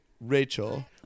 Rachel